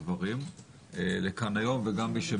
לכאן.